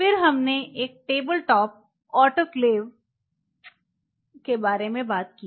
फिर हमने एक टेबलटॉप आटोक्लेव के बारे में बात की